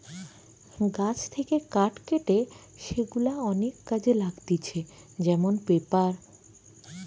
গাছ থেকে কাঠ কেটে সেগুলা অনেক কাজে লাগতিছে যেমন পেপার